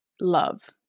love